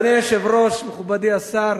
ראשונת המציעים,